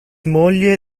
moglie